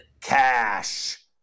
cash